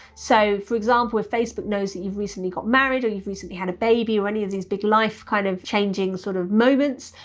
so, for example, if facebook knows that you've recently got married, or you've recently had a baby, or any of these big, life, kind of, changing, sort of moments,